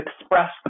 express